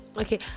okay